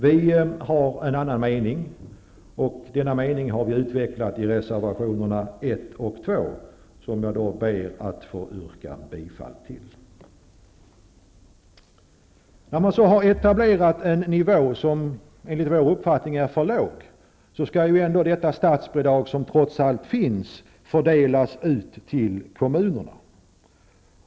Vi har en annan mening, som vi har utvecklat i reservationerna 1 och 2, vilka jag härmed vill yrka bifall till. När man sedan har etablerat en nivå, som enligt vår mening är för låg, skall detta statsbidrag som ändå finns fördelas ut till kommunerna.